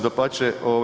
Dapače.